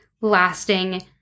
lasting